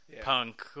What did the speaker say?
punk